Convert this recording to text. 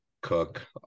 Cook